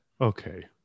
Okay